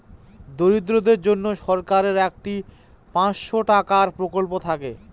দরিদ্রদের জন্য সরকারের একটি পাঁচশো টাকার প্রকল্প থাকে